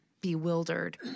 bewildered